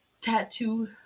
tattoo